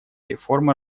реформы